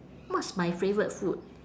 what's my favourite food